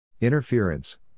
Interference